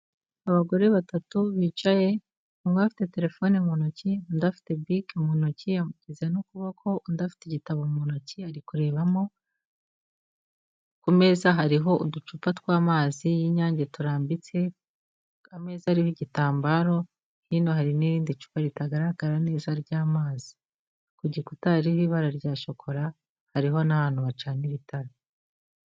Abagore batatu bicaye, umwe afite telefone mu ntoki, undi afite bike mu ntoki yamunitse n'ukuboko, undi afite igitabo mu ntoki ari kurebamo, ku meza hariho uducupa tw'amazi y'inyange turambitse, ameza ariho igitambaro, hino hari n'irindi cupa ritagaragara neza ry'amazi, ku gikuta hariho ibara rya shokora, hariho n'ahantu bacanira ibitare.